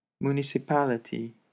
Municipality